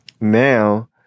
now